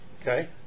okay